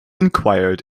inquired